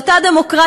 מהמפה.